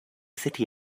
city